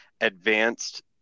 advanced